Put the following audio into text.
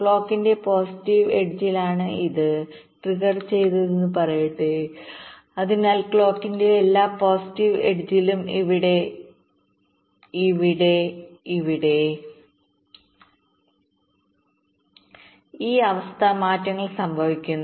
ക്ലോക്കിന്റെ പോസിറ്റീവ് എഡ്ജിലാണ്ഇത് ട്രിഗർ ചെയ്തതെന്ന് പറയട്ടെ അതിനാൽ ക്ലോക്കിന്റെ എല്ലാ പോസിറ്റീവ് എഡ്ജിലും ഇവിടെഈ അവസ്ഥ മാറ്റങ്ങൾ സംഭവിക്കുന്നു